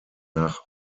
nach